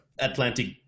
Atlantic